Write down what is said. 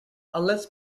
unless